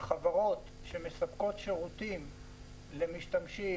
יש חברות שמספקות שירותים למשתמשים,